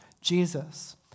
Jesus